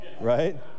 right